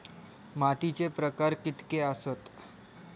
मातीचे प्रकार कितके आसत?